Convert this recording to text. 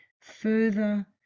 further